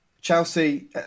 Chelsea